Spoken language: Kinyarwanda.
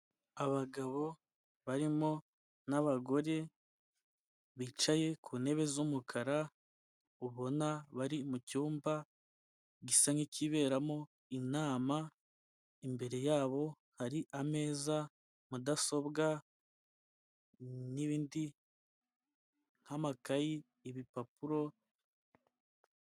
Abagabo barimo n'abagore bicaye ku ntebe z'umukara ubona bari mucyumba gisa nk'ikiberamo inama, imbere yabo hari ameza, mudasobwa n'ibindi nk'amakayi, n'ibipapuro.